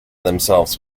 themselves